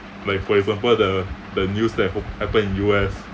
like for example the the news that ha~ happen in U_S